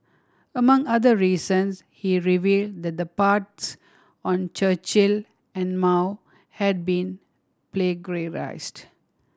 among other reasons he revealed that the parts on Churchill and Mao had been plagiarised